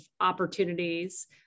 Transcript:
opportunities